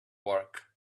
work